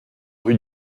rue